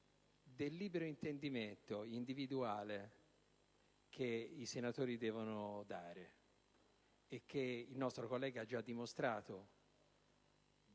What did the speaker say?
del libero intendimento individuale, che i senatori devono dare e che il nostro collega ha già dato